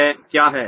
यह क्या है